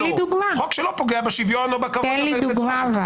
חוק שלא פוגע בשוויון או בכבוד- -- תן לי דוגמה.